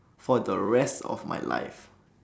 for the rest of my life